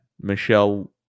Michelle